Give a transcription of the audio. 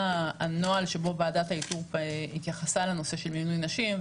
הנוהל שבו ועדת האיתור התייחסה לנושא של מינוי נשים,